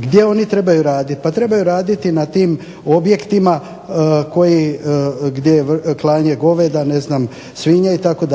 gdje oni trebaju raditi. Pa trebaju raditi na tim objektima gdje je klanje goveda, svinja itd.